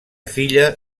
filla